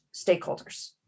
stakeholders